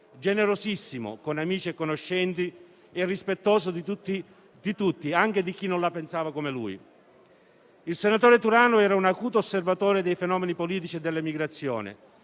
generosissimo con amici e conoscenti e rispettoso di tutti, anche di chi non la pensava come lui. Il senatore Turano era un acuto osservatore dei fenomeni politici dell'emigrazione;